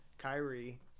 Kyrie